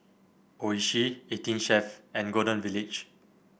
Oishi Eighteen Chef and Golden Village